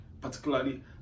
Particularly